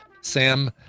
Sam